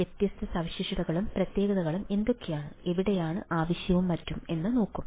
വ്യത്യസ്ത സവിശേഷതകളും പ്രത്യേകതകളും എന്തൊക്കെയാണ് എവിടെയാണ് ആവശ്യവും മറ്റും എന്നും നോക്കും